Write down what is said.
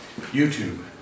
YouTube